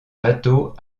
bateaux